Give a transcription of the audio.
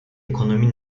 ekonomi